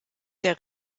der